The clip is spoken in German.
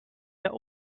der